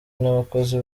n’abakozi